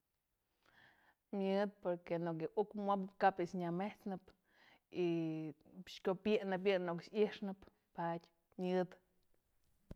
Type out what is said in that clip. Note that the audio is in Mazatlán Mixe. Myëdë porque në ko'o yë uk wobëp kap yë nyamet'snëp y kyopi'inëp yë në ko'o i'ixnëp, padyë myëdë.